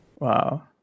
Wow